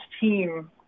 team